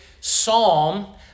psalm